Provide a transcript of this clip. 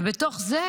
ובתוך זה